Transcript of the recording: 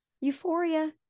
euphoria